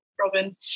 Robin